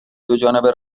دوجانبه